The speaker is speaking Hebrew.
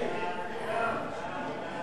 ההצעה להעביר